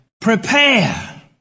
Prepare